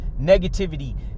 negativity